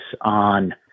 on